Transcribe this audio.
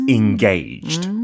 engaged